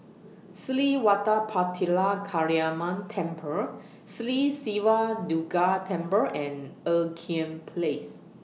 Sri Vadapathira Kaliamman Temple Sri Siva Durga Temple and Ean Kiam Place